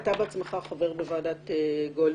אתה בעצמך חבר בוועדת גולדברג,